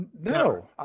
no